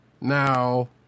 now